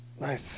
Nice